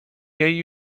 jej